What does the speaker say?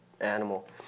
animal